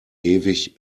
ewig